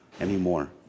anymore